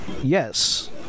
Yes